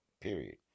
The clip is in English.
period